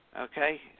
Okay